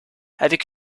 avec